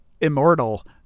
immortal